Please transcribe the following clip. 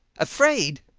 afraid!